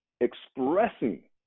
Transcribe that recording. expressing